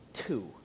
Two